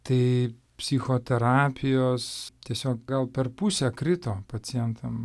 tai psichoterapijos tiesiog gal per pusę krito pacientam